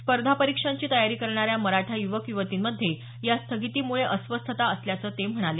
स्पर्धा परीक्षांची तयारी करणाऱ्या मराठा यूवक यूवतींमध्ये या स्थगितीमुळे अस्वस्थता असल्याचं ते म्हणाले